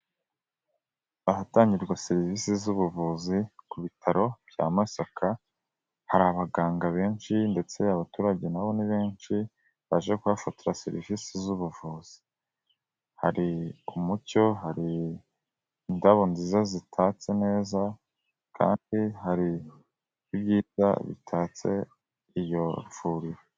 Ahatangirwa serivisi z'ubuvuzi ku bitaro bya Masaka, hari abaganga benshi ndetse abaturage nabo ni benshi baje kuhafatira serivisi z'ubuvuzi, hari umucyo hari indabo nziza zitatse neza, kandi hari ibyita bitatse iyo vuriro.